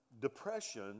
depression